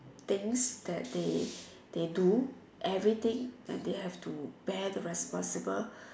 things that they they do everything and they have to bear the responsible